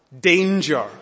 Danger